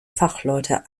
fachleute